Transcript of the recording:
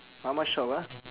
mama shop ah